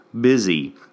busy